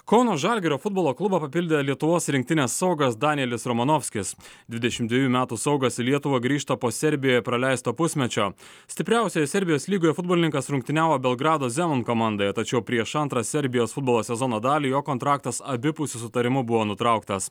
kauno žalgirio futbolo klubą papildė lietuvos rinktinės saugas danielis romanovskis dvidešimt dviejų metų saugas į lietuvą grįžta po serbijoj praleisto pusmečio stipriausioje serbijos lygoje futbolininkas rungtyniavo belgrado zenon komandoje tačiau prieš antrą serbijos futbolo sezono dalį jo kontraktas abipusiu sutarimu buvo nutrauktas